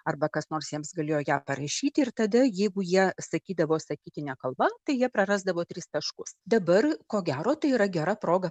arba kas nors jiems galėjo ją parašyti ir tada jeigu jie sakydavo sakytine kalba tai jie prarasdavo tris taškus dabar ko gero tai yra gera proga